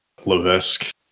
Lovesque